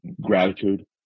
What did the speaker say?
gratitude